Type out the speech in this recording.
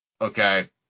Okay